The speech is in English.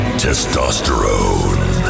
testosterone